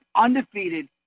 undefeated